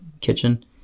kitchen